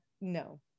no